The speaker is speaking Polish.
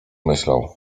myślał